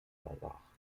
lazare